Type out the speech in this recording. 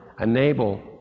enable